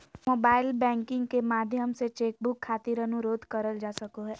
mobile banking के माध्यम से चेक बुक खातिर अनुरोध करल जा सको हय